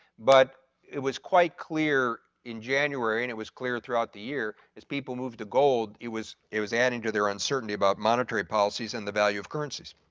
but it was quite clear in january and it was clear through out the year as people to gold, it was it was adding to their uncertainty above monetary policies and the value of currencies.